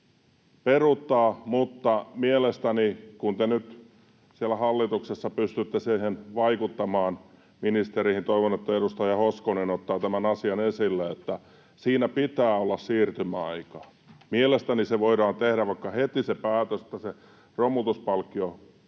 Mutta kun te nyt siellä hallituksessa mielestäni pystytte siihen vaikuttamaan, ministereihin, niin toivon, että edustaja Hoskonen ottaa tämän asian esille, että siinä pitää olla siirtymäaika. Mielestäni voidaan tehdä vaikka heti se päätös, että se romutuspalkkio